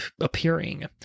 appearing